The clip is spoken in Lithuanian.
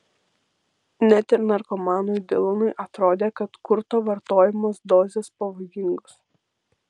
net ir narkomanui dylanui atrodė kad kurto vartojamos dozės pavojingos